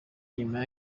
inyuma